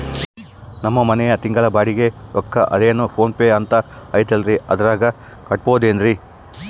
ನಮ್ಮ ಮನೆಯ ತಿಂಗಳ ಬಾಡಿಗೆ ರೊಕ್ಕ ಅದೇನೋ ಪೋನ್ ಪೇ ಅಂತಾ ಐತಲ್ರೇ ಅದರಾಗ ಕಟ್ಟಬಹುದೇನ್ರಿ?